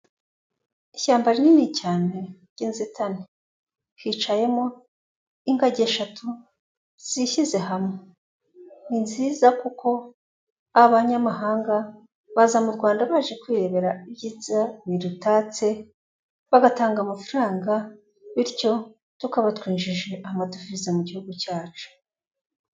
Ishyamba rinini cyane ry'inzitane, hicayemo ingagi eshatu zishyize hamwe, Ni nziza kuko abanyamahanga baza mu Rwanda baje kwirebera ibyiza birutatse, bagatanga amafaranga, bityo tukaba twinjije amadovize mu gihugu cyacu.